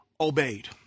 obeyed